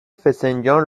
فسنجان